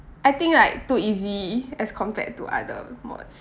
I think like too easy as compared to other mods